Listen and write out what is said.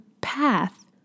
path